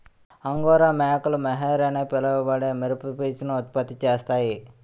angora మేకలు mohair అని పిలువబడే మెరుపు పీచును ఉత్పత్తి చేస్తాయి